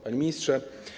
Panie Ministrze!